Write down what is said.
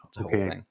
Okay